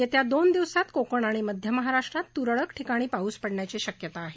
येत्या दोन दिवसात कोकण आणि मध्य महाराष्ट्रात तुरळक ठिकाणी पाऊस पडण्याची शक्यता आहे